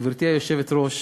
גברתי היושבת-ראש,